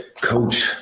Coach